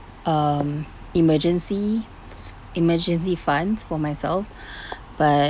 um emergency s~ emergency funds for myself but